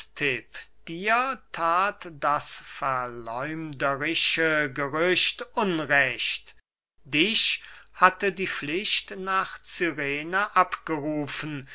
aristipp dir that das verläumderische gerücht unrecht dich hatte die pflicht nach cyrene abgerufen